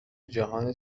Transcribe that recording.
جهان